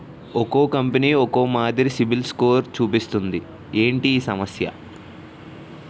ఒక్కో కంపెనీ ఒక్కో మాదిరి సిబిల్ స్కోర్ చూపిస్తుంది ఏంటి ఈ సమస్య?